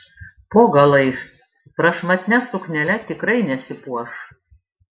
po galais prašmatnia suknele tikrai nesipuoš